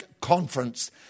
Conference